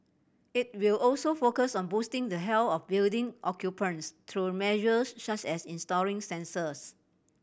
it will also focus on boosting the health of building occupants through measures such as installing sensors